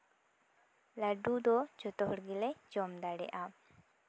ᱞᱟᱹᱰᱩ ᱫᱚ ᱡᱚᱛᱚ ᱦᱚᱲ ᱜᱮᱞᱮ ᱡᱚᱢ ᱫᱟᱲᱮᱭᱟᱜᱼᱟ